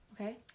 Okay